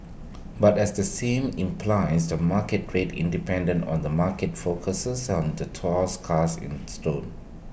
but as the same implies the market rate independent on the market focuses and the thus cast in stone